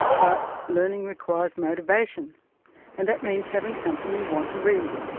but learning requires motivation and that means having something you want to read.